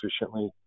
efficiently